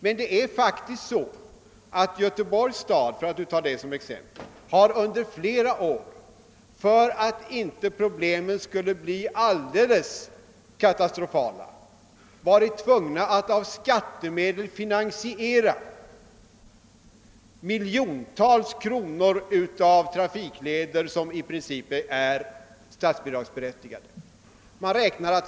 Men, för att ta ett exempel, Göteborgs stad har under flera år varit tvungen att av skattemedel finansiera miljontals kronor i trafikleder som i Princip är statsbidragsberättigade. Detta har skett för att läget inte skall bli alldeles katastrofalt.